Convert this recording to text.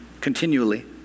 continually